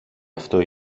αυτό